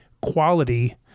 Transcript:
quality